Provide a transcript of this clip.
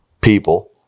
people